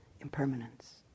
impermanence